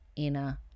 inner